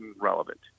relevant